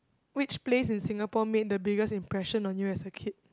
which place in Singapore made the biggest impression on you as a kid